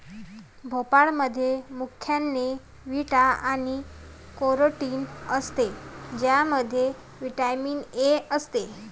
भोपळ्यामध्ये प्रामुख्याने बीटा आणि कॅरोटीन असते ज्यामध्ये व्हिटॅमिन ए असते